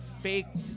faked